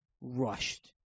rushed